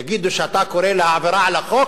יגידו שאתה קורא לעבירה על החוק?